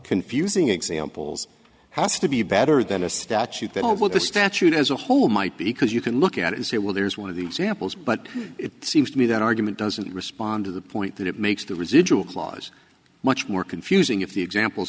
confusing examples has to be better than a statute that what the statute as a whole might be because you can look at it is say well there's one of the examples but it seems to me that argument doesn't respond to the point that it makes the residual clause much more confusing if the example